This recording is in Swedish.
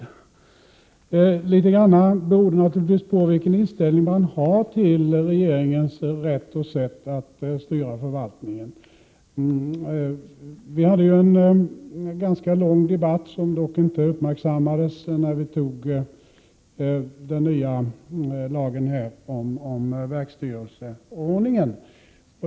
Hur man ställer sig i fråga om detta beror litet grand på vilken inställning man har till regeringens rätt och sätt att styra förvaltningen. Vi hade en ganska lång debatt, som dock inte uppmärksammades, när vi fattade beslut om den nya lagen om verksstyrelseordningen.